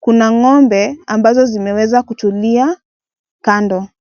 kuna ng'ombe, ambazo zimeweza kutulia, kando.